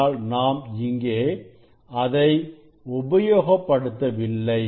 அதனால் நாம் இங்கே அதை உபயோகப் படுத்தவில்லை